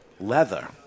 leather